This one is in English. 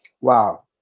wow